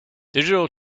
digital